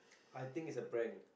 I think it's a prank